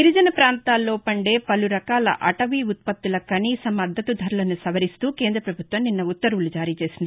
గిరిజన పాంతాల్లో పందే పలు రకాల అటవీ ఉత్పత్తుల కనీస మద్దతు ధరలను సవరిస్తూ కేంద్రపభుత్వం నిన్న ఉత్తర్వులు జారీచేసింది